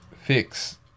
fix